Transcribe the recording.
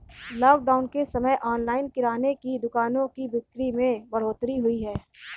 lockdown के समय online किराने की दुकानों की बिक्री में बढ़ोतरी हुई है